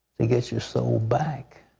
to get your soul back?